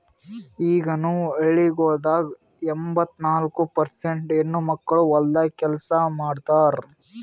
ಈಗನು ಹಳ್ಳಿಗೊಳ್ದಾಗ್ ಎಂಬತ್ತ ನಾಲ್ಕು ಪರ್ಸೇಂಟ್ ಹೆಣ್ಣುಮಕ್ಕಳು ಹೊಲ್ದಾಗ್ ಕೆಲಸ ಮಾಡ್ತಾರ್